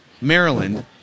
Maryland